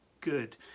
good